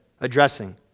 addressing